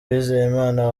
uwizeyimana